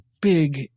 big